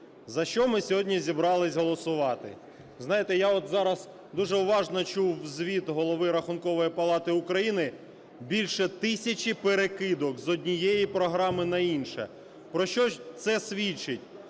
За що ми сьогодні зібрались голосувати? Знаєте, я от зараз дуже уважно чув звіт Голови Рахункової палати України. Більше тисячі перекидок з однієї програми на іншу. Про що ж це свідчить?